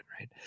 right